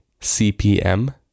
CPM